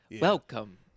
welcome